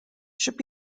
should